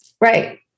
Right